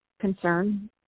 concern